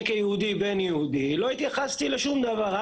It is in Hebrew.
כיהודים, שמוכרים